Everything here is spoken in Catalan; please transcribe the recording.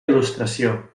il·lustració